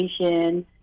education